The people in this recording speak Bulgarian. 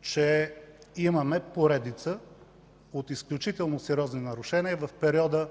че имаме поредица от изключително сериозни нарушения в периода от